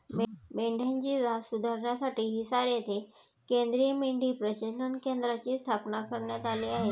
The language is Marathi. मेंढ्यांची जात सुधारण्यासाठी हिसार येथे केंद्रीय मेंढी प्रजनन केंद्राची स्थापना करण्यात आली आहे